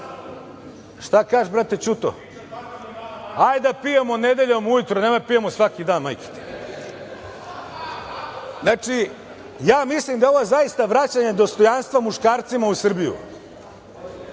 šta kažeš brate Ćuto? Hajde, da pijemo nedeljom ujutru nemoj da pijemo svaki dan majke ti. Znači, ja mislim da je ovo zaista vraćanje dostojanstva muškarcima u Srbiji